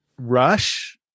rush